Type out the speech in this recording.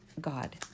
God